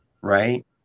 Right